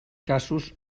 casos